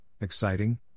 exciting